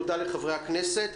תודה לחברי הכנסת.